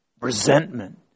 Resentment